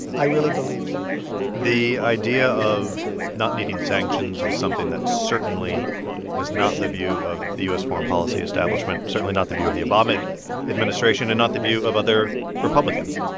i really believe that i think the idea of not needing sanctions is something that certainly was not the view of the u s. foreign policy establishment, certainly not the view of the obama administration and not the view of other republicans.